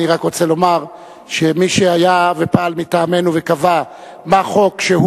אני רק רוצה לומר שמי שהיה ופעל מטעמנו וקבע מה חוק שהוא